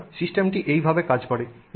সুতরাং সিস্টেমটি এইভাবে কাজ করে